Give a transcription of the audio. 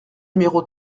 numéro